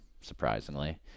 surprisingly